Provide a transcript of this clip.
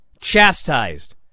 chastised